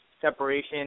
separation